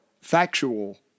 factual